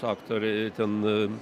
aktorė ten